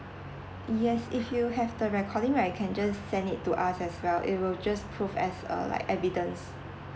yes if you have the recording right you can just send it to us as well it will just prove as a like evidence